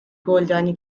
گلدانی